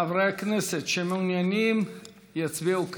חברי הכנסת שמעוניינים יצביעו כעת.